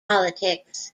politics